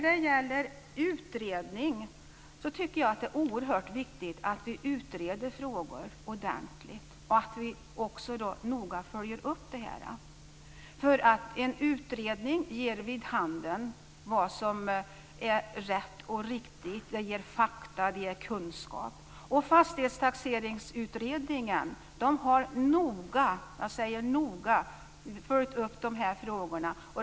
Det är oerhört viktigt att vi utreder frågor ordentligt och noga följer upp dem. En utredning ger vid handen vad som är rätt och riktigt. Den ger fakta och kunskaper. Fastighetstaxeringsutredningen har noga följt upp de frågorna.